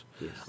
Yes